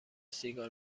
سیگار